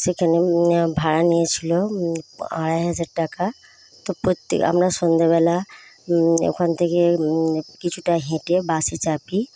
সেখানে ভাড়া নিয়েছিলো আড়াই হাজার টাকা তো প্রত্যেক আমরা সন্ধ্যেবেলা ওখান থেকে কিছুটা হেঁটে বাসে চাপি